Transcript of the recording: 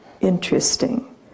interesting